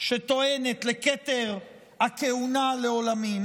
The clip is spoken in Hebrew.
שטוענת לכתר הכהונה לעולמים,